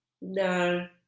No